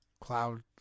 Cloud